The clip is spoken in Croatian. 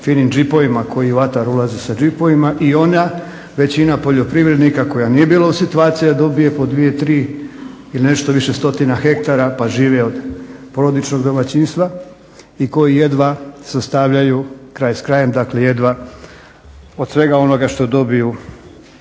ne razumije./… ulazi sa džipovima. I ona većina poljoprivrednika koja nije bila u situaciji da dobije po dvije, tri ili nešto više stotina hektara pa žive od porodičnog domaćinstva i koji jedva sastavljaju kraj s krajem, dakle jedva od svega onoga što dobiju